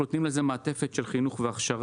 אנחנו נותנים לזה מעטפת של חינוך והכשרה